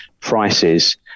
prices